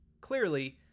clearly